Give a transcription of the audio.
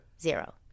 zero